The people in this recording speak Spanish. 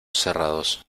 cerrados